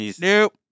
Nope